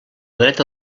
dreta